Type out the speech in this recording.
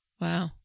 wow